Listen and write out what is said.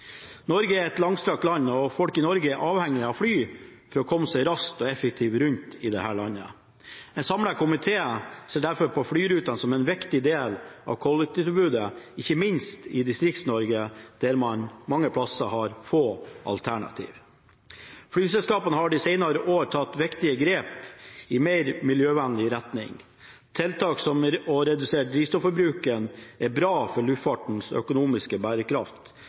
Norge er et langstrakt land, og folk i Norge er avhengige av fly for å komme seg raskt og effektivt rundt i dette landet. En samlet komité ser derfor på flyrutene som en viktig del av kollektivtilbudet, ikke minst i Distrikts-Norge, der man mange plasser har få alternativer. Flyselskapene har de senere år tatt viktige grep i mer miljøvennlig retning. Tiltak som å redusere drivstoffbruken er bra for luftfartens økonomiske bærekraft,